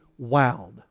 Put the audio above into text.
wowed